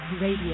Radio